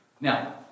Now